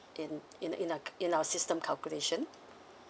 in in in our c~ in our system calculation